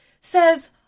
says